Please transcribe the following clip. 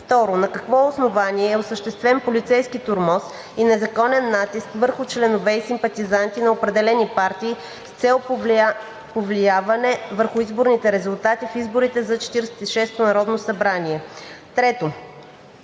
2. На какво основание е осъществен полицейски тормоз и незаконен натиск върху членове и симпатизанти на определени партии с цел повлияване върху изборните резултати в изборите за 46-ото народно събрание? 3.